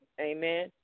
Amen